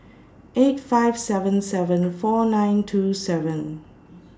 eight five seven seven four nine two seven